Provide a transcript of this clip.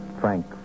Frank